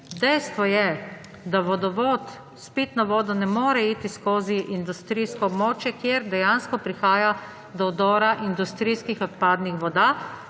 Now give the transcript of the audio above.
Dejstvo je, da vodovod s pitno vodo ne more iti skozi industrijsko območje, kjer dejansko prihaja do vdora industrijskih odpadnih voda.